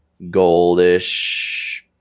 goldish